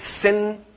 sin